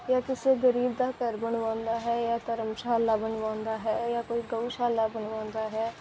ਜਾਂ ਕਿਸੇ ਗਰੀਬ ਦਾ ਘਰ ਬਣਵਾਉਂਦਾ ਹੈ ਧਰਮਸ਼ਾਲਾ ਬਣਵਾਉਂਦਾ ਹੈ ਜਾਂ ਕੋਈ ਗਊਸ਼ਾਲਾ ਕੋਈ ਬਣਵਾਉਂਦਾ ਹੈ